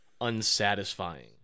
unsatisfying